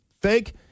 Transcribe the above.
fake